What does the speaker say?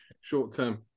short-term